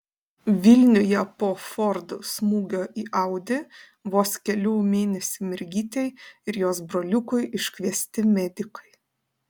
vilniuje po ford smūgio į audi vos kelių mėnesių mergytei ir jos broliukui iškviesti medikai